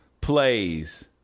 plays